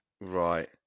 Right